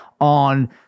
on